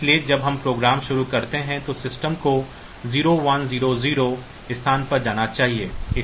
इसलिए जब हम प्रोग्राम शुरू करते हैं तो सिस्टम को 0100 स्थान पर जाना चाहिए